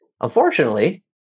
Unfortunately